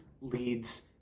leads